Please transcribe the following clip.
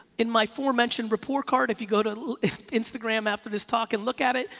in my aforementioned report card if you go to instagram after this talk and look at it,